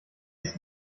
ist